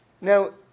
now